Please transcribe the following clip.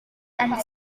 and